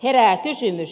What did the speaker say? herää kysymys